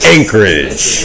Anchorage